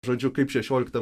žodžiu kaip šešioliktam